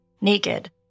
naked